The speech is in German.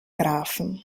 grafen